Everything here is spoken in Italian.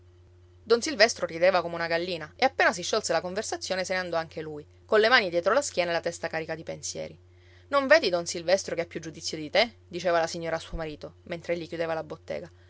don silvestro rideva come una gallina e appena si sciolse la conversazione se ne andò anche lui colle mani dietro la schiena e la testa carica di pensieri non vedi don silvestro che ha più giudizio di te diceva la signora a suo marito mentre egli chiudeva la bottega